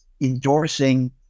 endorsing